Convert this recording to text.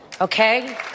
Okay